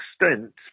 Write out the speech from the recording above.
extent